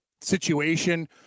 situation